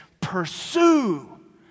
Pursue